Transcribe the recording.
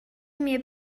mir